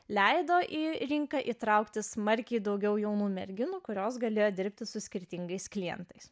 leido į rinką įtraukti smarkiai daugiau jaunų merginų kurios galėjo dirbti su skirtingais klientais